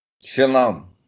Shalom